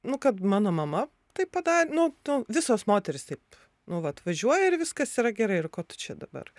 nu kad mano mama taip pada nu tu visos moterys taip nu va atvažiuoja ir viskas yra gerai ir ko tu čia dabar